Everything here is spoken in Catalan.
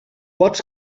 pots